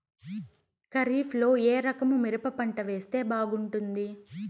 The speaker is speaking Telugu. ఖరీఫ్ లో ఏ రకము మిరప పంట వేస్తే బాగుంటుంది